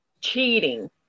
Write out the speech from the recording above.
Cheating